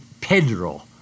Pedro